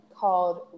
called